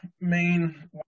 main